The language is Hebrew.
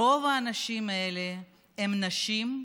רוב האנשים האלה הם נשים,